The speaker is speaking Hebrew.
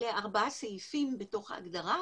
אלה ארבעה סעיפים בתוך ההגדרה,